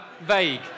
Vague